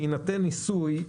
בהינתן ניסוי,